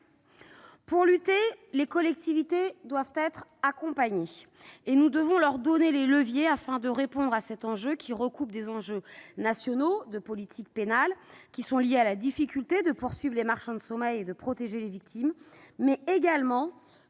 Pour lutter, les collectivités doivent être accompagnées et nous devons leur donner les leviers afin de répondre à cet enjeu qui recoupe des enjeux nationaux de politique pénale liés à la difficulté de poursuivre les marchands de sommeil et de protéger les victimes, mais également